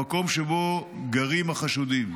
המקום שבו גרים החשודים.